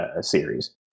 series